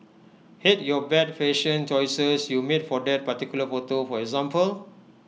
hate your bad fashion choices you made for that particular photo for example